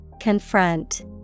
Confront